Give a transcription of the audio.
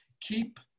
keep